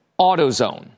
AutoZone